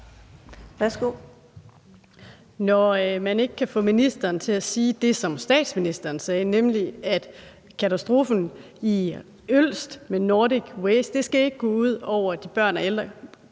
Når man ikke kan få ministeren til at sige det, som statsministeren sagde, nemlig at katastrofen i Ølst med Nordic Waste ikke skal gå ud over børn og ældre,